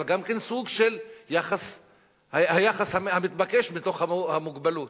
אבל גם סוג של היחס המתבקש בתוך המוגבלות,